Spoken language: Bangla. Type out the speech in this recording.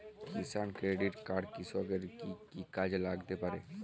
কিষান ক্রেডিট কার্ড কৃষকের কি কি কাজে লাগতে পারে?